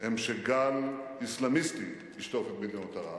הם שגל אסלאמיסטי ישטוף את מדינות ערב,